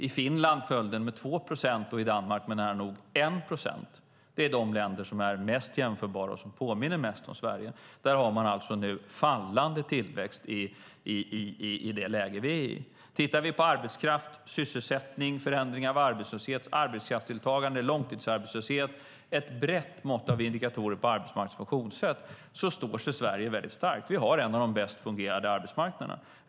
I Finland föll den med 2 procent och i Danmark med nära 1 procent. Dessa länder är mest jämförbara och påminner mest om Sverige, och här har man alltså i detta läge fallande tillväxt. Tittar vi på arbetskraft, sysselsättning, förändring av arbetslöshet, arbetskraftsdeltagande och långtidsarbetslöshet, som är ett brett mått av indikatorer på arbetsmarknadens funktionssätt, står Sverige starkt. Vi har en av de bäst fungerande arbetsmarknaderna.